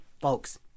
folks